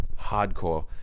hardcore